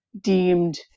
deemed